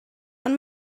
ond